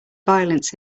violence